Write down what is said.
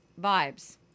vibes